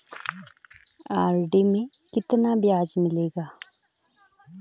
RD में कितना ब्याज मिलेगा?